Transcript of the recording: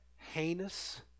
heinous